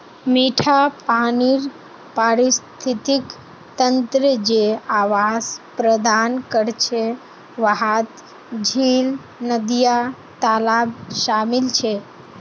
मिठा पानीर पारिस्थितिक तंत्र जे आवास प्रदान करछे वहात झील, नदिया, तालाब शामिल छे